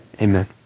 Amen